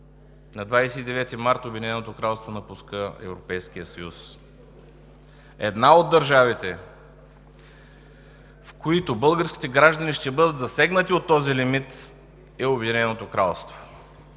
на 29 март Обединеното кралство напуска Европейския съюз. Една от държавите, в които българските граждани ще бъдат засегнати от този лимит, е Обединеното кралство.